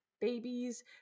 babies